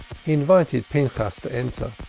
he invited pinchas to enter,